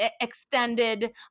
extended